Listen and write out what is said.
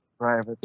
private